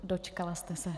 Dočkala jste se.